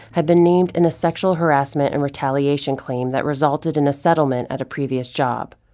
had been named in a sexual harassment and retaliation claim that resulted in a settlement at a previous job.